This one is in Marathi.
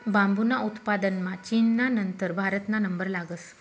बांबूना उत्पादनमा चीनना नंतर भारतना नंबर लागस